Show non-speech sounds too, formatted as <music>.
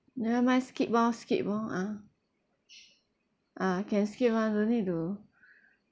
never mind skip loh skip loh ah ah can skip [one] no need to <breath>